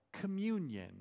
communion